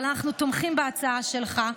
אבל אנחנו תומכים בהצעה שלך,